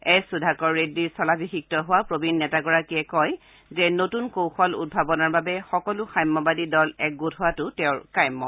S Sudhakar ৰেড্ডীৰ স্থলাভিষিক্ত হোৱা প্ৰবীণ নেতাগৰাকীয়ে কয় যে নতূন কৌশল উদ্ভাৱনৰ বাবে সকলো সাম্যবাদী দল একগোট হোৱাটো তেওঁৰ কাম্য